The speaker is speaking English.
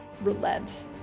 relent